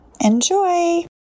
Enjoy